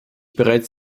bereits